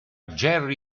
jerry